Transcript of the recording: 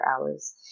hours